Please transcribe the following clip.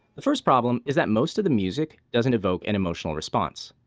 the first problem is that most of the music doesn't evoke an emotional response.